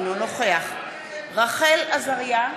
אינו נוכח רחל עזריה,